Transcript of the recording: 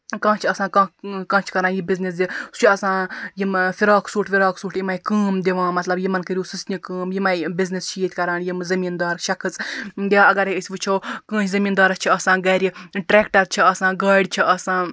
کانٛہہ چھُ آسان کانٛہہ کانٛہہ چھُ کَران یہِ بِزنٮ۪س زِ سُہ چھُ آسان یِم فراک سوٗٹ وراک سوٗٹ یِمے کٲم دِوان مَطلَب یِمَن کٔرِو سِژنہِ کٲم یِمے بِزنٮ۪س چھِ ییٚتہِ کَران یِم زمیٖندار شخص یا اَگَرے أسۍ وٕچھو کٲنٛسہِ زمیٖن دارَس چھ آسان گَرِ ٹریٚکٹَر چھ آسان گٲڑۍ چھِ آسان